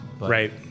Right